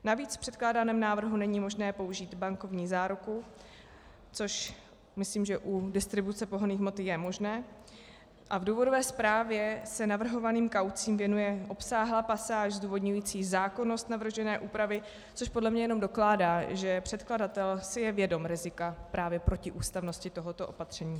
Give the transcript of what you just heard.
Navíc v předkládaném návrhu není možné použít bankovní záruku, což myslím, že u distribuce pohonných hmot je možné, a v důvodové zprávě se navrhovaným kaucím věnuje obsáhlá pasáž zdůvodňující zákonnost navržené úpravy, což podle mě jenom dokládá, že předkladatel si je vědom rizika právě protiústavnosti tohoto opatření.